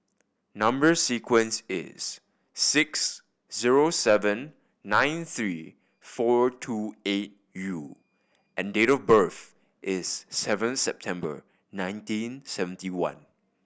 number sequence is six zero seven nine three four two eight U and date of birth is seven September nineteen seventy one